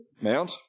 mount